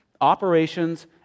operations